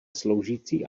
sloužící